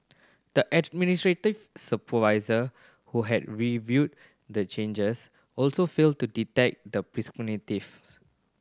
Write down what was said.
the administrator supervisor who had reviewed the changes also failed to detect the